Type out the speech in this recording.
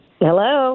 Hello